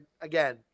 again